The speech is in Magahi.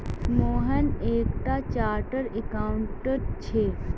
मोहन एक टा चार्टर्ड अकाउंटेंट छे